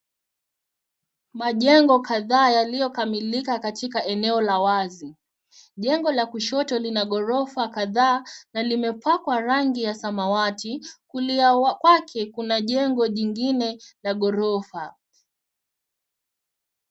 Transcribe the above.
Majengo kadhaa yaliyokamilika katika eneo la wazi. Jengo la kushoto lina ghorofa kadhaa na limepakwa rangi ya samawati. Kulia kwake kuna jengo jingine la ghorofa.